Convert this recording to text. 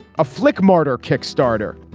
a flick martyr kickstarter.